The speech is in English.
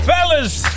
Fellas